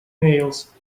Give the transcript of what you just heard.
nails